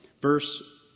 verse